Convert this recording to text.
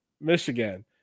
Michigan